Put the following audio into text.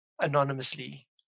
anonymously